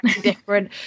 different